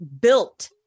built